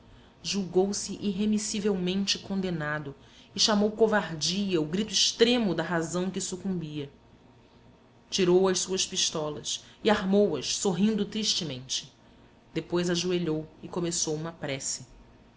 julgou-se irremissivelmente condenado e chamou covardia o grito extremo da razão que sucumbia tirou as suas pistolas e armou as sorrindo tristemente depois ajoelhou e começou uma prece